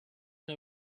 her